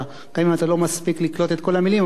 שגם אם אתה לא מספיק לקלוט את כל המלים,